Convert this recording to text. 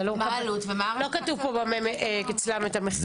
לא כתוב אצלם המחיר.